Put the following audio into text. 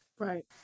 Right